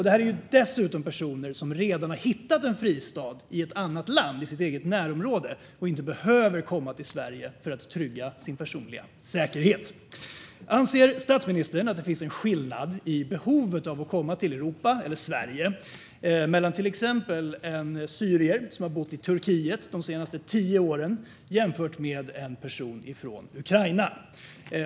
Det handlar dessutom om personer som redan har hittat en fristad i ett annat land i sitt eget närområde och inte behöver komma till Sverige för att trygga sin personliga säkerhet. Anser statsministern att det finns en skillnad när det gäller behovet av att komma till Europa eller Sverige mellan till exempel en syrier som har bott i Turkiet de senaste tio åren och en person från Ukraina?